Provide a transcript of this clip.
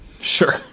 sure